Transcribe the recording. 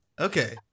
Okay